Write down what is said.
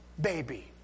baby